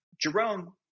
Jerome